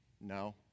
No